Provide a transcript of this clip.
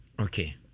Okay